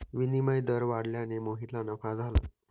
विनिमय दर वाढल्याने मोहितला नफा झाला